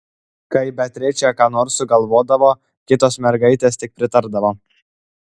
kai beatričė ką nors sugalvodavo kitos mergaitės tik pritardavo